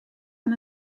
aan